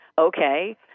okay